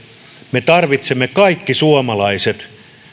me tarvitsemme kaikki suomalaiset